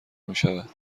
میشود